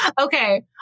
Okay